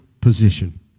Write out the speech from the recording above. position